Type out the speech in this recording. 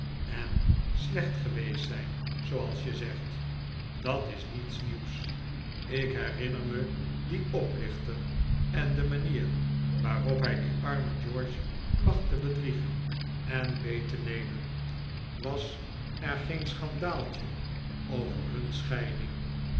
en slecht geweest zijn zooals je zegt dat is niets nieuws ik herinner me dien oplichter en de manier waarop hij dien armen george placht te bedriegen en beet te nemen was er geen schandaaltje over hun scheiding